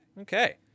Okay